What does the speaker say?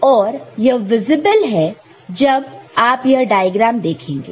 और यह विजिबल है जब आप यह डायग्राम देखेंगे